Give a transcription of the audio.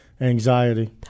anxiety